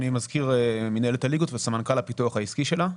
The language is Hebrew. אני מזכיר מינהלת הליגות וסמנכ"ל הפיתוח העסקי שלה,